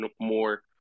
more